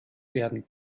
werden